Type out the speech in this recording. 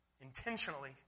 intentionally